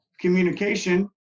communication